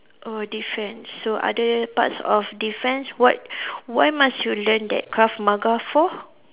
oh defence so other parts of defence what why must you learn that Krav-Maga for